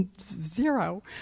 Zero